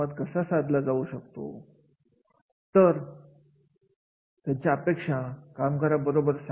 जसे की मी नमूद केल्याप्रमाणे कार्याचे अवलोकन आणि कार्याचे वर्णन